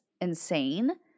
insane